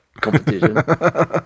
competition